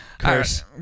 curse